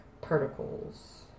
particles